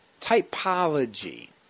typology